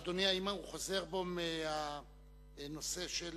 אדוני, האם הוא חוזר בו מהנושא של